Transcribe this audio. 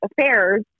affairs